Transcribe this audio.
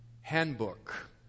handbook